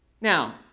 Now